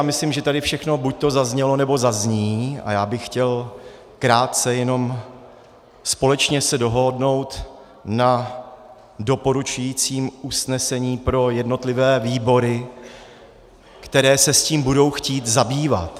Myslím, že tady všechno buďto zaznělo, nebo zazní, a chtěl bych se jen krátce společně dohodnout na doporučujícím usnesení pro jednotlivé výbory, které se tím budou chtít zabývat.